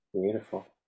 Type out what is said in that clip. Beautiful